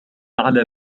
على